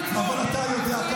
2 מיליארד, יופי.